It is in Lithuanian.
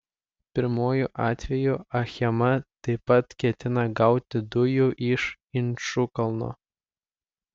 pirmuoju atveju achema taip pat ketina gauti dujų iš inčukalno